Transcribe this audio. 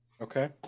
Okay